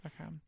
Okay